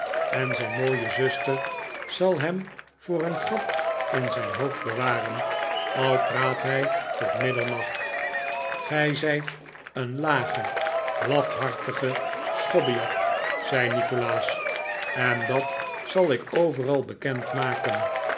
en zijn mooie zuster zal hem voor een gat in zijn hoofd bewaren al praat hij tot middernacht gij zijt een lage lafhartige schobbejak zei nikolaas en dat zal ik overal bekend maken